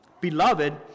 Beloved